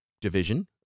division